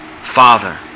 Father